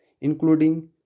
including